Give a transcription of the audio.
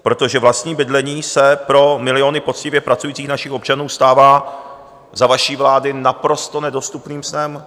Protože vlastní bydlení se pro miliony poctivě pracujících našich občanů stává za vaší vlády naprosto nedostupným snem.